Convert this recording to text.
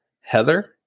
Heather